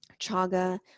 chaga